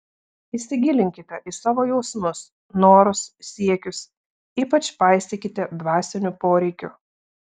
įsigilinkite į savo jausmus norus siekius ypač paisykite dvasinių poreikių